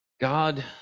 God